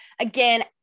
Again